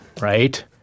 right